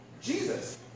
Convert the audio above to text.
Jesus